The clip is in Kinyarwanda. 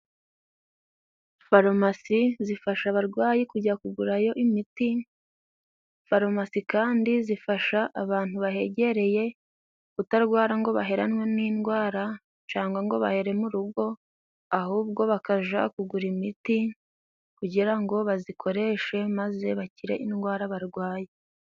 Farumasi zifasha abarwayi kujya kugurayo imiti farumasi kandi zifasha abantu bahegereye kutarwara ngo baheranwe n'indwara cangwa ngo bahere urugo ahubwo bakaja kugura imiti kugira ngo bazikoreshe maze bakire indwara barwaye